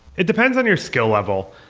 it depends on your skill level.